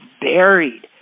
buried